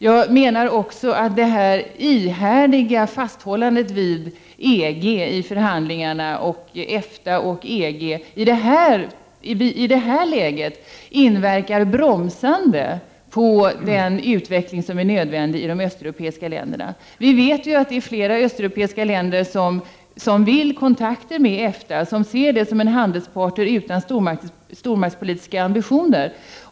Jag menar också att detta ihärdiga fasthållande av EFTA vid EG-förhandlingarna i detta läge inverkar bromsande på den utveckling som är nödvändig i de östeuropeiska länderna. Vi vet att flera östeuropeiska länder vill ha kontakter med EFTA, som de ser som en handelspartner utan stormaktspolitiska ambitioner.